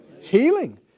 Healing